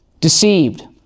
deceived